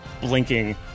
blinking